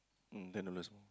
mm ten dollars only